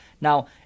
Now